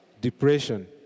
Depression